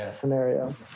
scenario